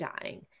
dying